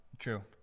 True